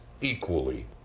equally